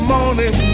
morning